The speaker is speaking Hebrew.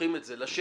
לוקחים את זה לשטח,